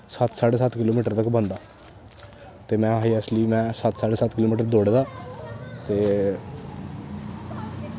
सत्त साड्ढे सत्त किलो मीटर तक बनदा ते में हाईऐस्टली में सत्त साड्ढे सत्त किलो मीटर दौड़े दा ते